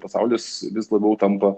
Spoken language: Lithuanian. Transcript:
pasaulis vis labiau tampa